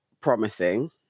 promising